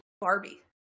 Barbie